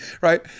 right